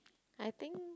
I think